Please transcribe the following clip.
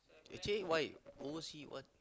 actually why overseas what